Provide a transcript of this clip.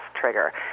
trigger